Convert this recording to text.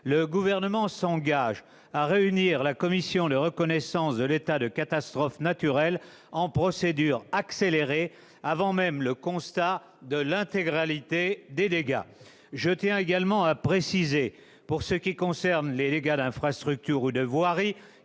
le Gouvernement s'engage à réunir la commission de reconnaissance de l'état de catastrophe naturelle en procédure accélérée, avant même le constat de l'intégralité des dégâts. Je tiens également à préciser que les dégâts d'infrastructure ou de voirie